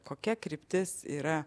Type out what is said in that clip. kokia kryptis yra